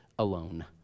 Alone